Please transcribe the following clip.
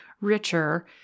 richer